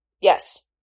Yes